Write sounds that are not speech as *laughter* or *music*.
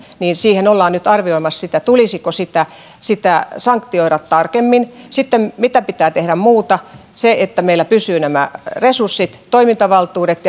ollaan nyt arvioimassa sitä tulisiko sitä sitä sanktioida tarkemmin sitten mitä pitää tehdä muuta meillä pitää olla pysyvät nämä resurssit ja toimintavaltuudet *unintelligible*